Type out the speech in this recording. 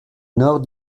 nord